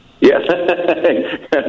yes